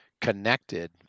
connected